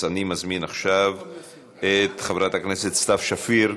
אז אני מזמין עכשיו את חברת הכנסת סתיו שפיר.